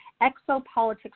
exopolitics